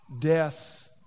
death